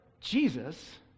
Jesus